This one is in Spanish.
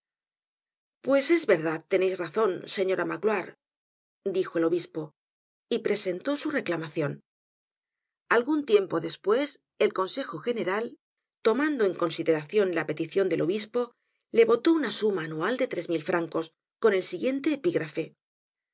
pues es verdad que teneis razon señora magloire dijo el obispo y presentó su reclamacion algun tiempo despues el consejo general tomando en consideracion la peticion del obispo le votó una suma anual de tres mil francos con el siguiente epígrafe